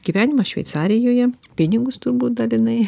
gyvenimą šveicarijoje pinigus turbūt dalinai